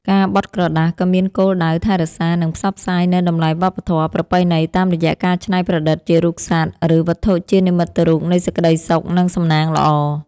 ការបត់ក្រដាសក៏មានគោលដៅថែរក្សា និងផ្សព្វផ្សាយនូវតម្លៃវប្បធម៌ប្រពៃណីតាមរយៈការច្នៃប្រឌិតជារូបសត្វ ឬវត្ថុជានិមិត្តរូបនៃសេចក្ដីសុខ និងសំណាងល្អ។